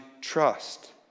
trust